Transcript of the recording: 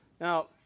Now